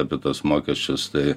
apie tuos mokesčius tai